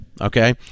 okay